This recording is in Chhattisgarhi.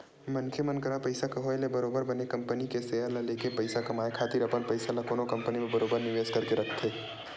मनखे मन करा पइसा के होय ले बरोबर बने कंपनी के सेयर ल लेके पइसा कमाए खातिर अपन पइसा ल कोनो कंपनी म बरोबर निवेस करके रखथे